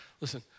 Listen